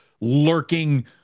lurking